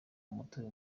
umutobe